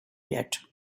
yet